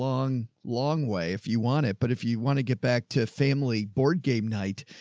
long, long way if you want it. but if you want to get back to family board game night,